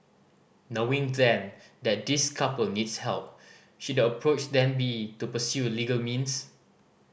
knowing then that this couple needs help should approach then be to pursue legal means